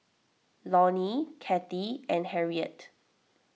Lonie Kathie and Harriett